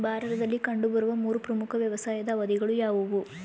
ಭಾರತದಲ್ಲಿ ಕಂಡುಬರುವ ಮೂರು ಪ್ರಮುಖ ವ್ಯವಸಾಯದ ಅವಧಿಗಳು ಯಾವುವು?